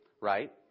Right